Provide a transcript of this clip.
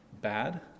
bad